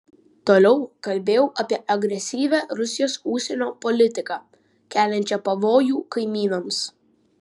toliau kalbėjau apie agresyvią rusijos užsienio politiką keliančią pavojų kaimynams